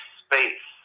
space